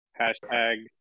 Hashtag